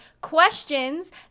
questions